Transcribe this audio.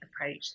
approach